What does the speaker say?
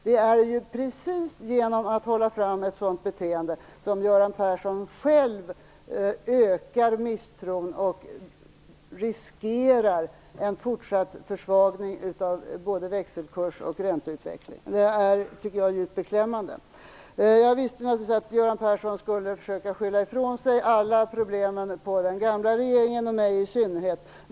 Det är just genom att bete sig så som Göran Persson själv ökar misstron och riskerar att åstadkomma en fortsatt försvagning av både växelkurs och ränteutveckling. Det är djupt beklämmande, tycker jag. Jag visste naturligtvis att Göran Persson skulle försöka skylla ifrån sig alla problem på den förra regeringen och mig i synnerhet.